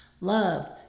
Love